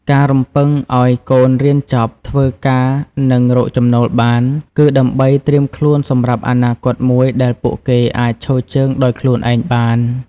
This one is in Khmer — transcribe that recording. ការរំពឹងឲ្យកូនរៀនចប់ ធ្វើការ និងរកចំណូលបាន គឺដើម្បីត្រៀមខ្លួនសម្រាប់អនាគតមួយដែលពួកគេអាចឈរជើងដោយខ្លួនឯងបាន។